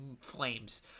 flames